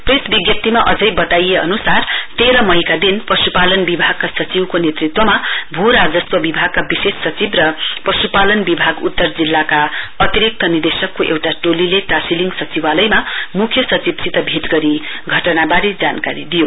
press विज्ञप्तीमा अझै वताउए अनुसार तैह्र मईका दिन पशुपालन विभागका सचिवको नेतृत्वमा राजस्व विभगका विशेष सचिव र पशुपालन विभाग उत्तर जिल्लाका अतिरिक्त नेदेशकको एउटा टोलीले टाशीलिङ सचिवालयमा मुख्य सचिवसित भेट गरी घटना वारे जानकारी दियो